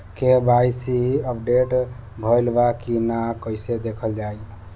KYC update भइल बा कि ना कइसे देखल जाइ?